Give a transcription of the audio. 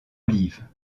olive